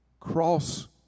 Cross